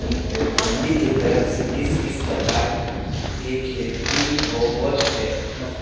हमनी के तरफ किस किस प्रकार के खेती होवत है?